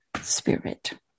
spirit